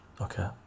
okay